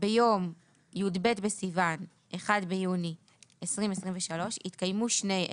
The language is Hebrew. ביום י"ב בסיוון התשפ"ג (1 ביוני 2023) התקיימו שני אלה: